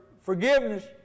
forgiveness